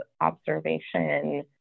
observation